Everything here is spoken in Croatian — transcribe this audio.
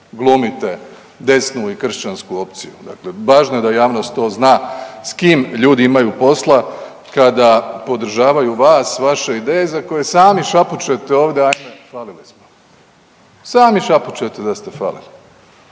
glumite desnu i kršćansku opciju. Dakle, važno je da javnost to zna s kim ljudi imaju posla kada podržavaju vas, vaše ideje za koje sami šapućete ovdje ajme falili smo. Sami šapućete da ste falili.